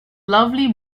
lovely